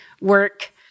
work